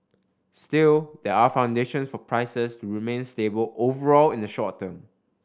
still there are foundations for prices to remain stable overall in the short term